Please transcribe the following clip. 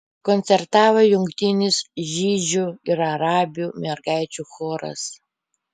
koncertavo jungtinis žydžių ir arabių mergaičių choras